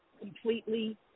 completely